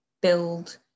build